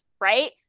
right